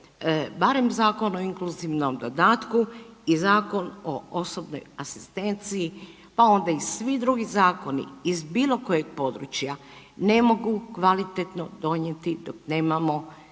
barem Zakon o inkluzivnom dodatku i Zakon o osobnoj asistenciji, pa onda i svi drugi zakoni iz bilo kojeg područja ne mogu kvalitetno donijeti dok nemamo